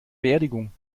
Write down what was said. beerdigung